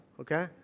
Okay